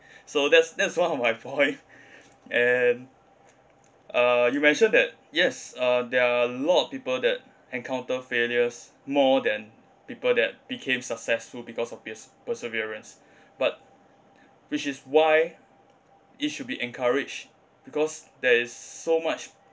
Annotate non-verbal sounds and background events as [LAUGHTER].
so that's that's one of my point [LAUGHS] and uh you mentioned that yes uh there are a lot of people that encounter failures more than people that became successful because of pers~ perseverance but which is why it should be encouraged because there is so much